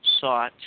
sought